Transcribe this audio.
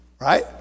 right